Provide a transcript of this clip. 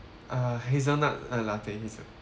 err hazelnut uh latte hazel